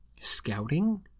Scouting